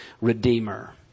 Redeemer